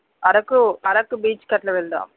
అరకు అరకు బీచ్కు అట్లా వెళ్దాం